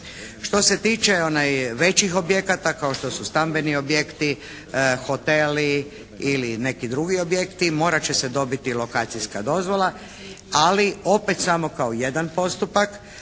Što se tiče većih objekata kao što su stambeni objekti, hoteli ili neki drugi objekti morat će se dobiti lokacijska dozvola ali opet samo kao jedan postupak.